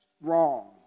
wrong